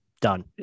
Done